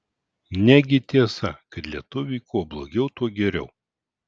negi tiesa kad lietuviui kuo blogiau tuo geriau